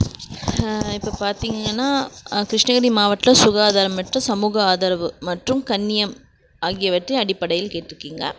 இப்போ பார்த்திங்கன்னா கிருஷ்ணகிரி மாவட்டத்தில் சுகாதாரம் மற்றும் சமூக ஆதரவு மற்றும் கண்ணியம் ஆகியவற்றை அடிப்படையில் கேட்டிருக்கிங்க